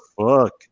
fuck